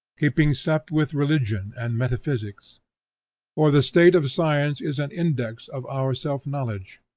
keeping step with religion and metaphysics or the state of science is an index of our self-knowledge.